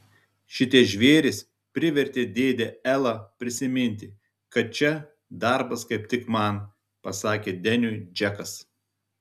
šitie žvėrys privertė dėdę elą prisiminti kad čia darbas kaip tik man pasakė deniui džekas